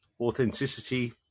Authenticity